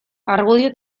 argudio